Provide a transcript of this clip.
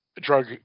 drug